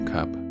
Cup